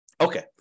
Okay